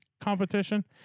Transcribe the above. competition